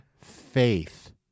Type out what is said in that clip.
faith